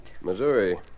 Missouri